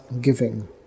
giving